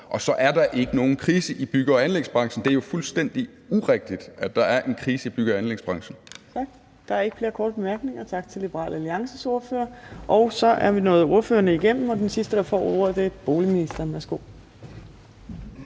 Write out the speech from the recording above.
Og så er der ikke nogen krise i bygge- og anlægsbranchen. Det er jo fuldstændig urigtigt, at der er en krise i bygge- og anlægsbranchen. Kl. 16:38 Fjerde næstformand (Trine Torp): Der er ikke flere korte bemærkninger. Tak til Liberal Alliances ordfører. Så er vi nået ordførerne igennem, og den sidste, der får ordet, er boligministeren. Værsgo.